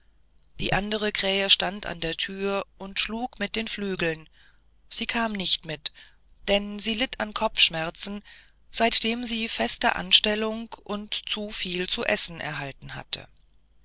die andere krähe stand in der thür und schlug mit den flügeln sie kam nicht mit denn sie litt an kopfschmerzen seitdem sie feste anstellung und zu viel zu essen erhalten hatte